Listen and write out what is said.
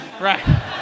Right